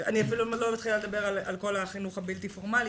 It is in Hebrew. אני אפילו לא מתחילה לדבר על כל החינוך הבלתי פורמלי,